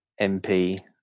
MP